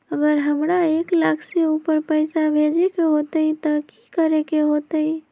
अगर हमरा एक लाख से ऊपर पैसा भेजे के होतई त की करेके होतय?